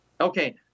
Okay